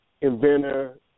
inventor